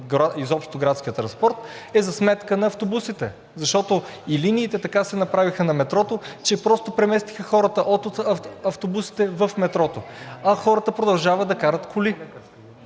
изобщо от градския транспорт е за сметка на автобусите, защото и линиите така се направиха на метрото, че просто преместиха хората от автобусите в метрото, а хората продължават да карат коли.